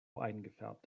eingefärbt